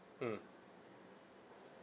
mm